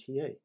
TA